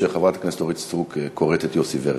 שחברת הכנסת אורית סטרוק קוראת את יוסי ורטר.